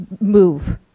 move